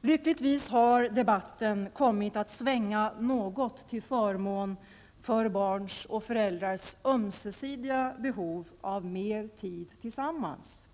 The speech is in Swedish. Lyckligtvis har debatten kommit att svänga något till förmån för barns och föräldrars ömsesidiga behov av mer tid tillsammans.